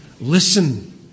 listen